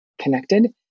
connected